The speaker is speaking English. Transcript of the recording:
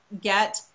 get